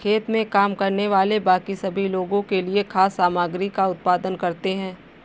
खेत में काम करने वाले बाकी सभी लोगों के लिए खाद्य सामग्री का उत्पादन करते हैं